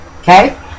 Okay